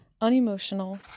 unemotional